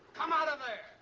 come out of there.